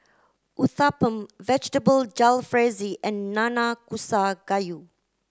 Uthapam Vegetable Jalfrezi and Nanakusa Gayu